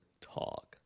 Talk